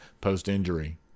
post-injury